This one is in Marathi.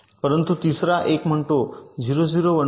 परंतु तिसरा 1 म्हणतो 0 0 1 1